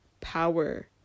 power